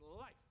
life